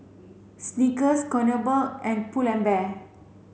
Snickers Kronenbourg and Pull and Bear